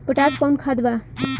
Potash कोउन खाद बा?